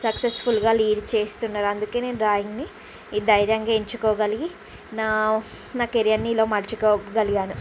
సక్సస్ఫుల్గా lead చేస్తున్నారు అందుకే నేను డ్రాయింగ్ని దైర్యంగా ఎంచుకోగలిగి నా కెరియర్ని ఇలా మలుచుకోగలిగాను